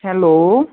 hello